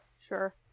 Sure